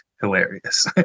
hilarious